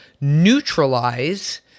neutralize